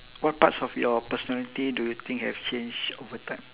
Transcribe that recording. what parts of your personality do you think have change over time